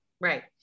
right